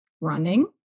running